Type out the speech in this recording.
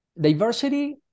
Diversity